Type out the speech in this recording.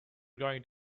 going